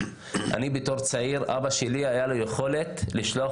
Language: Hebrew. בתור צעיר לאבא שלי הייתה יכולת לשלוח